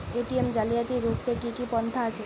ATM জালিয়াতি রুখতে কি কি পন্থা আছে?